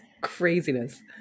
craziness